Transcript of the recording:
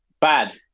Bad